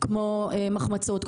כמו מחמצות,